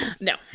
No